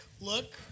look